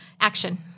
Action